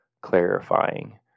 clarifying